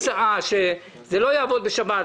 שזה לא יעבוד בשבת.